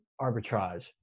arbitrage